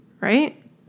right